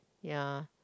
ya